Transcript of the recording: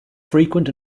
frequent